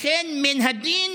לכן, מן הדין